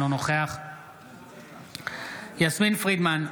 אינו נוכח יסמין פרידמן,